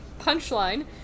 punchline